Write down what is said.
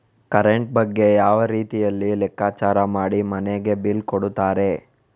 Current ಬಗ್ಗೆ ಯಾವ ರೀತಿಯಲ್ಲಿ ಲೆಕ್ಕಚಾರ ಮಾಡಿ ಮನೆಗೆ ಬಿಲ್ ಕೊಡುತ್ತಾರೆ?